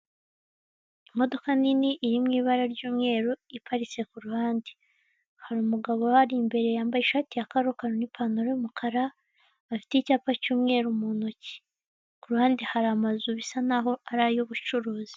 Imodoka nini iri mu ibara ry'umweru iparitse ku ruhande hari umugabo ubari imbere yambaye ishati ya karokaro n'ipantaro y'umukara, afite icyapa cy'umweru mu ntoki. Kuru ruhande hari amazu bisa naho ari ay'ubucuruzi.